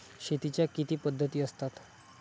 शेतीच्या किती पद्धती असतात?